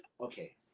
Okay